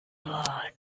hot